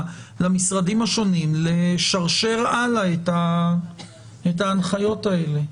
למשרדים השונים לשרשר הלאה את ההנחיות האלה,